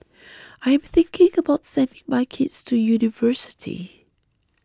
I am thinking about sending my kids to university